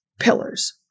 pillars